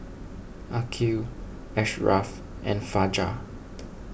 Aqil Ashraff and Fajar